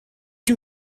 que